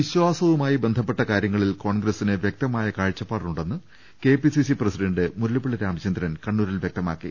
വിശ്വാസവുമായി ബന്ധപ്പെട്ട കാര്യത്തിൽ കോൺഗ്രസിന് വ്യക്തമായ കാഴ്ചപ്പാടുണ്ടെന്ന് K P C C president Mullappally Ramachandran കണ്ണൂരിൽ വ്യക്തമാക്കി